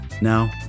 Now